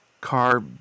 car